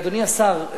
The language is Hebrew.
אדוני השר,